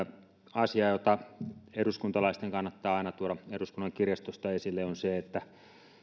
asia jota eduskuntalaisten kannattaa aina tuoda eduskunnan kirjastosta esille on se että